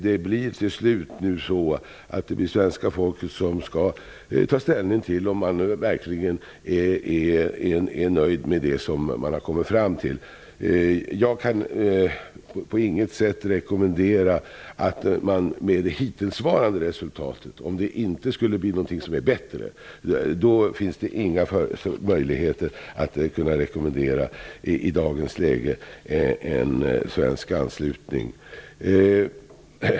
Det blir nu till sist svenska folket som får ta ställning till om man verkligen är nöjd med resultatet. Om hittillsvarande resultat inte blir bättre finns det i dagens läge inga möjligheter att rekommendera en svensk anslutning.